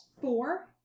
Four